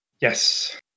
Yes